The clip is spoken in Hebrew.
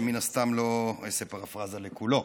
שמן הסתם לא אעשה פרפראזה לכולו.